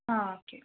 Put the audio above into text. uh okay okay